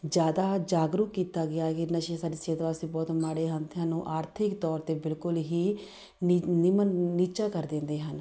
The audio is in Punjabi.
ਜ਼ਿਆਦਾ ਜਾਗਰੂਕ ਕੀਤਾ ਗਿਆ ਕਿ ਨਸ਼ੇ ਸਾਡੀ ਸਿਹਤ ਵਾਸਤੇ ਬਹੁਤ ਮਾੜੇ ਹਨ ਅਤੇ ਸਾਨੂੰ ਆਰਥਿਕ ਤੌਰ 'ਤੇ ਬਿਲਕੁਲ ਹੀ ਨਿ ਨਿਮਨ ਨੀਚਾ ਕਰ ਦਿੰਦੇ ਹਨ